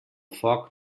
foc